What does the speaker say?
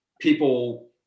people